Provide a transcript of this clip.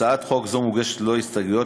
הצעת חוק זו מוגשת ללא הסתייגויות,